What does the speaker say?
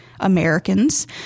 americans